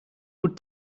good